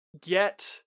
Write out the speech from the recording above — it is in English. get